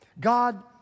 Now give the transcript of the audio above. God